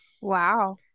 Wow